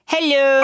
Hello